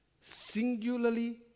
Singularly